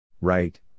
Right